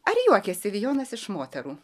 ar juokiasi jonas iš moterų